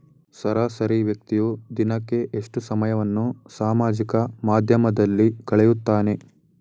ಸರಾಸರಿ ವ್ಯಕ್ತಿಯು ದಿನಕ್ಕೆ ಎಷ್ಟು ಸಮಯವನ್ನು ಸಾಮಾಜಿಕ ಮಾಧ್ಯಮದಲ್ಲಿ ಕಳೆಯುತ್ತಾನೆ?